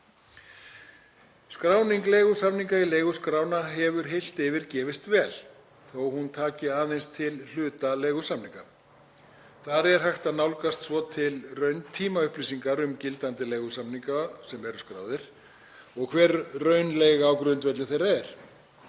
Skráning leigusamninga í leiguskrána hefur heilt yfir gefist vel, þó að hún taki aðeins til hluta leigusamninga. Þar er hægt að nálgast svo til rauntímaupplýsingar um gildandi leigusamninga sem eru skráðir og hver raunleiga á grundvelli þeirra er.